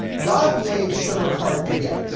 god made sugar hard to get,